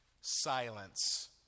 silence